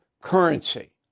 currency